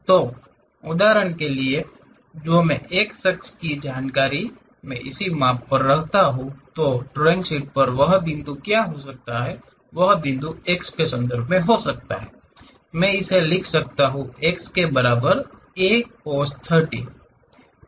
तो उदाहरण के लिए कि जो मे X अक्ष की जानकारी मैं इसे माप रहा हूं तो ड्राइंग शीट पर वह बिंदु क्या हो सकता है यह x के संदर्भ में हो सकता है मैं इसे लिख सकता हूं x के बराबर A cos 30 है